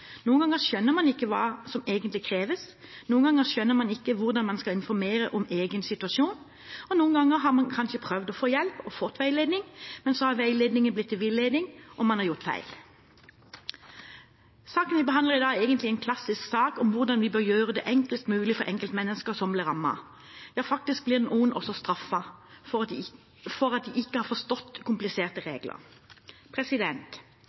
Noen ganger skjønner man ikke hva som egentlig kreves, noen ganger skjønner man ikke hvordan man skal informere om egen situasjon, og noen ganger har man kanskje prøvd å få hjelp og fått veiledning, men så har veiledningen blitt til villedning, og man har gjort feil. Saken vi behandler i dag, er egentlig en klassisk sak om hvordan vi bør gjøre det enklest mulig for enkeltmennesker som blir rammet. Faktisk blir noen også straffet for at de ikke har forstått kompliserte regler.